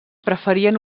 preferien